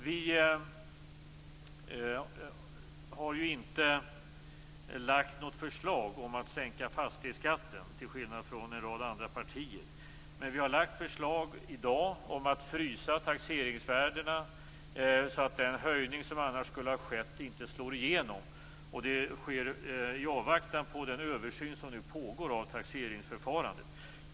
Vi har inte lagt fram något förslag om att sänka fastighetsskatten, till skillnad från en rad andra partier. Men regeringen har i dag lagt fram förslag om att frysa taxeringsvärdena så att den höjning som annars skulle ha skett inte slår igenom. Det sker i avvaktan på den översyn som nu pågår av taxeringsförfarandet.